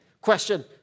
Question